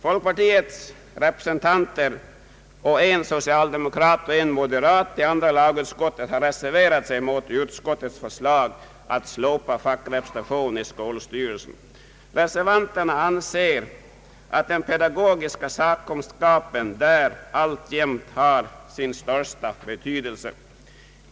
Folkpartiets representanter samt en socialdemokrat och en från moderata samlingspartiet har i andra lagutskottet reserverat sig mot utskottets förslag. Reservanterna anser att den pedagogiska sakkunskapen i skolstyrelserna alltjämt har sin största betydelse.